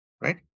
right